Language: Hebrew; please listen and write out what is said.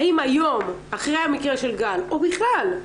האם היום אחרי המקרה של גל או בכלל,